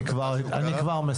אני כבר מסכם.